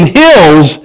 hills